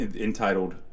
entitled